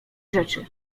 rzeczy